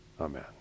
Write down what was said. Amen